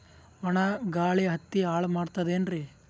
ಒಣಾ ಗಾಳಿ ಹತ್ತಿ ಹಾಳ ಮಾಡತದೇನ್ರಿ?